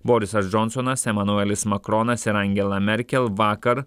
borisas džonsonas emanuelis makronas ir angela merkel vakar